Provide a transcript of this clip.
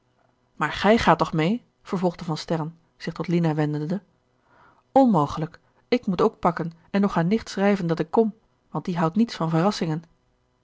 maar gij gaat toch meê vervolgde van sterren zich tot lina wendende onmogelijk ik moet ook pakken en nog aan nicht schrijven dat ik kom want die houdt niets van verrassingen